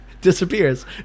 disappears